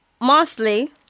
Mostly